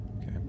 Okay